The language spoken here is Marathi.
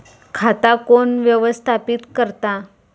खाता कोण व्यवस्थापित करता?